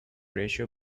ratio